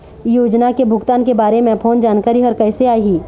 योजना के भुगतान के बारे मे फोन जानकारी हर कइसे आही?